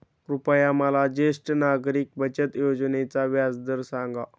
कृपया मला ज्येष्ठ नागरिक बचत योजनेचा व्याजदर सांगा